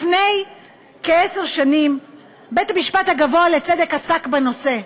לפני כעשר שנים בית-המשפט הגבוה לצדק עסק בנושא.